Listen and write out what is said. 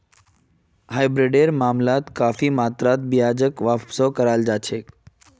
हाइब्रिडेर मामलात काफी मात्रात ब्याजक वापसो कराल जा छेक